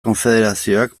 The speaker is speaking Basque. konfederazioak